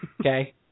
Okay